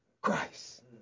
Christ